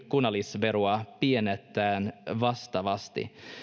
kunnallisveroa pienennetään vastaavasti